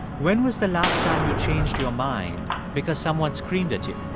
when was the last time you changed your mind because someone screamed at you?